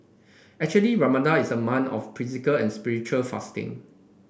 actually Ramadan is a month of physical and spiritual fasting